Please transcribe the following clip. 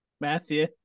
Matthew